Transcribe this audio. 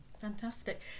Fantastic